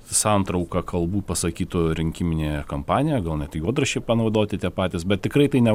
santrauka kalbų pasakytų rinkiminėje kampanijoj gal net juodraščiai panaudoti tie patys bet tikrai tai ne